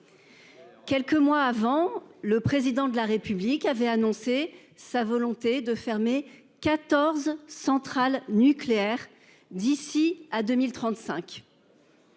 Quelques mois avant le président de la République, il avait annoncé sa volonté de fermer 14 centrales nucléaires d'ici à 2035.--